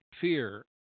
fear